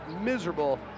miserable